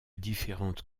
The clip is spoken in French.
différentes